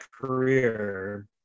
career